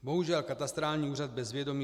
Bohužel katastrální úřad bez vědomí